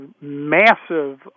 massive